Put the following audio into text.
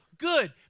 Good